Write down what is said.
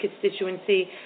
constituency